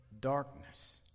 darkness